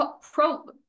pro